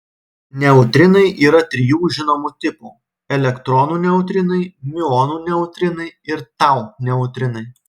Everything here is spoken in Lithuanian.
neutrinai yra trijų žinomų tipų elektronų neutrinai miuonų neutrinai ir tau neutrinai